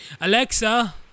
Alexa